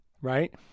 right